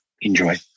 enjoy